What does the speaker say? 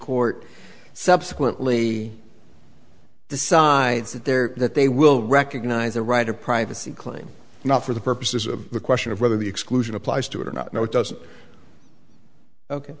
court subsequently decides that they're that they will recognize the right of privacy claim not for the purposes of the question of whether the exclusion applies to it or not no it doesn't